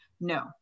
No